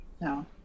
No